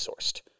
sourced